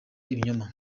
ibinyoma